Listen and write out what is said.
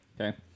Okay